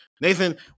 Nathan